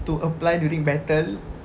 to apply during battle